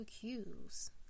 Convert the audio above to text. cues